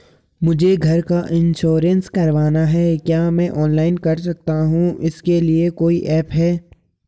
मुझे घर का इन्श्योरेंस करवाना है क्या मैं ऑनलाइन कर सकता हूँ इसके लिए कोई ऐप है?